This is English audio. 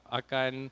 akan